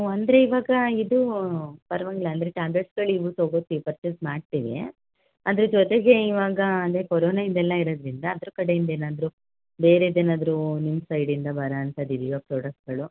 ಒಹ್ ಅಂದರೆ ಇವಾಗ ಇದು ಪರವಾಗಿಲ್ಲ ಅಂದರೆ ಟ್ಯಾಬ್ಲೆಟ್ಸ್ಗಲ್ಲು ಇವು ತಗೋತೀವಿ ಪರ್ಚೇಸ್ ಮಾಡ್ತೀವಿ ಅದರ ಜೊತೆಗೆ ಇವಾಗ ಅಂದರೆ ಕೊರೋನ ಇದೆಲ್ಲ ಇರೋದ್ರಿಂದ ಅದ್ರ ಕಡೆಯಿಂದ ಏನಾದರೂ ಬೇರೆದು ಏನಾದರೂ ನಿಮ್ಮ ಸೈಡಿಂದ ಬರೋ ಅಂಥದ್ದು ಇದೆಯೋ ಪ್ರೊಡಕ್ಟ್ಗಳು